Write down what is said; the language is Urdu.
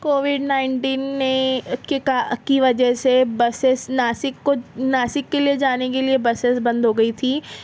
کووڈ نائنٹین نے کی وجہ سے بسیس ناسک کو ناسک کے لیے جانے کے لیے بسیز بند ہو گئی تھیں